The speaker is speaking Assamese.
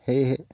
সেয়েহে